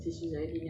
hmm